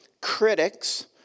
critics